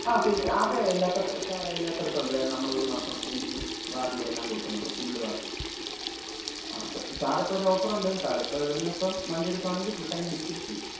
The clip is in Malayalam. ആഹ് പിന്നെ അതെല്ലാ സാറേ എല്ലാ സ്ഥലത്തുമുണ്ട് കാര്യം നമ്മളൊരു മാസം എൻജിൻ വാറൻറ്റിയെല്ലാം കൊടുക്കുന്നുണ്ട് ഫുൾ വാറൻറ്റി ആഹ് സാർ ഇപ്പോളൊരു ഓഫറുണ്ട് സാർ ഇപ്പോള് ഇവിടെനിന്ന് ഇപ്പം വണ്ടിയെടുക്കുകയാണെങ്കില് ഫുൾ ടാങ്ക് ഡീസൽ ഫ്രീ